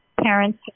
parents